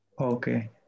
Okay